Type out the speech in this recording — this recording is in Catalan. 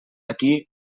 aquí